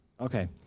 Okay